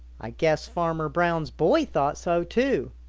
i guess farmer brown's boy thought so too.